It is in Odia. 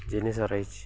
ଜିନିଷ ରହିଛି